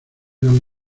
eran